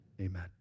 Amen